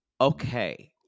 okay